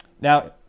Now